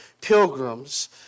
pilgrims